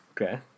Okay